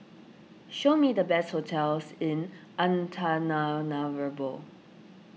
show me the best hotels in Antananarivo